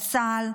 את צה"ל,